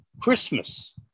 Christmas